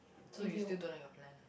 so you still don't have a plan